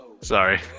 sorry